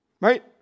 right